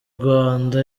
rwanda